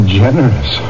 generous